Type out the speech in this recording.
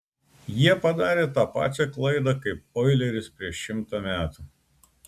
jie padarė tą pačią klaidą kaip oileris prieš šimtą metų